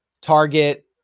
target